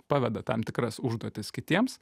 paveda tam tikras užduotis kitiems